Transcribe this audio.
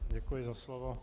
Děkuji za slovo.